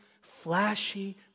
flashy